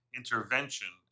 intervention